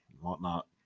whatnot